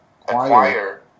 acquire